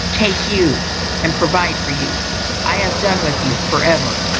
take you and provide for you i have done with you for ever.